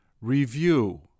Review